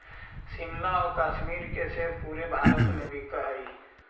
शिमला आउ कश्मीर के सेब पूरे भारत में बिकऽ हइ